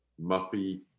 muffy